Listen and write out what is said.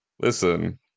listen